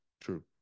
true